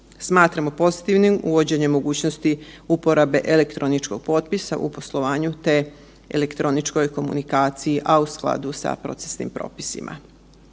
Smatramo pozitivnim uvođenje mogućnosti uporabe elektroničkog potpisa u poslovanju, te elektroničkoj komunikaciji, a u skladu sa procesnim propisima.